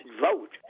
vote